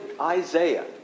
Isaiah